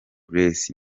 grace